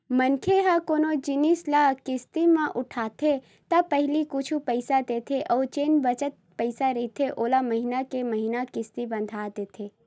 मनखे ह कोनो जिनिस ल किस्ती म उठाथे त पहिली कुछ पइसा देथे अउ जेन बचत पइसा रहिथे ओला महिना के महिना किस्ती बांध देथे